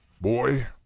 Boy